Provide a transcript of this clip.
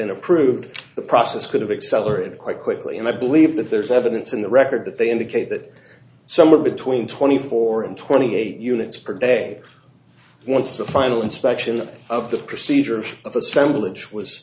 and approved the process could have accelerated quite quickly and i believe that there's evidence in the record that they indicate that somewhere between twenty four and twenty eight units per day once the final inspection of the procedures of assemblage was